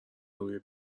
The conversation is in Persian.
روی